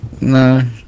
No